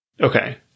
Okay